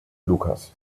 lukas